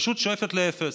פשוט שואפת לאפס.